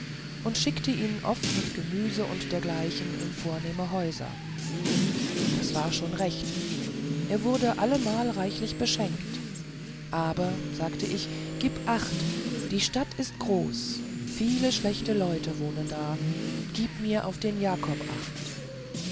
und schickte ihn oft mit gemüse und dergleichen in vornehme häuser das war schon recht er wurde allemal reichlich beschenkt aber sagte ich gib acht die stadt ist groß viele schlechte leute wohnen da gib mir auf den jakob acht